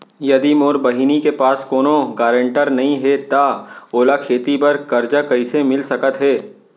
यदि मोर बहिनी के पास कोनो गरेंटेटर नई हे त ओला खेती बर कर्जा कईसे मिल सकत हे?